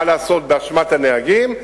מה לעשות, באשמת הנהגים.